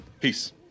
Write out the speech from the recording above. Peace